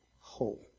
whole